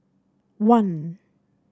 one